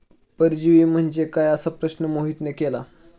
परजीवी म्हणजे काय? असा प्रश्न मोहितने केला